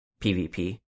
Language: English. PVP